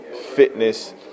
fitness